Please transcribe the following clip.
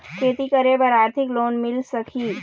खेती करे बर आरथिक लोन मिल सकही?